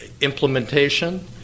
implementation